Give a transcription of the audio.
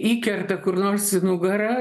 įkerta kur nors nugarą